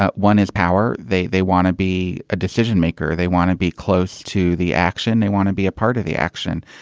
ah one power. they they want to be a decision maker. they want to be close to the action. they want to be a part of the action.